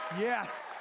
Yes